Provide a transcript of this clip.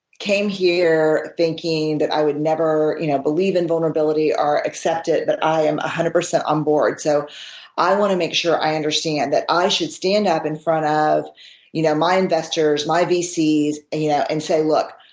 came here thinking that i would never you know believe in vulnerability or accept it, but i am one hundred percent on board. so i want to make sure i understand that i should stand up in front of you know my investors, my vcs you know and say look,